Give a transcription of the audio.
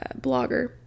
blogger